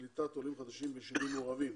אופיר כץ בנושא קליטת עולים חדשים בישובים מעורבים.